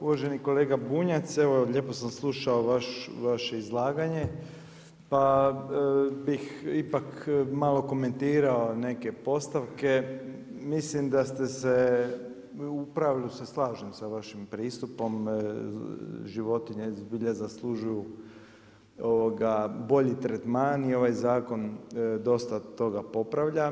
Uvaženi kolega Bunjac, evo lijepo sam slušao vaše izlaganje, pa bih ipak malo komentirao nek postavke, mislim da ste se, u pravilu se slažem sa vašim pristupom, životinje zbilja zaslužuju bolji tretman i ovaj zakon dosta toga popravlja.